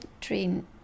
train